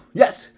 yes